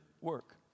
work